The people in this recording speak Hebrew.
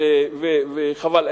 וחבל,